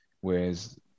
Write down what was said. whereas